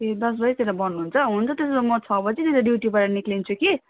ए दस बजेतिर बन्द हुन्छ हुन्छ त्यसो भए म छ बजेतिर ड्युटीबाट निक्लिन्छु कि